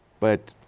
but